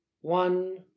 One